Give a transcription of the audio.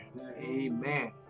Amen